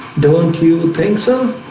don't you think so?